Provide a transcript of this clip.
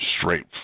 straight